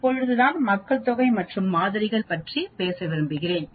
இப்போது நான் மக்கள் தொகை மற்றும் மாதிரிகள் பற்றி பேச விரும்புகிறேன்